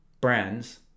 brands